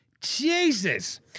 Jesus